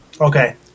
Okay